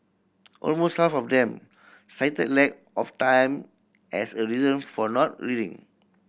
almost half of them cited lack of time as a reason for not reading